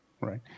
Right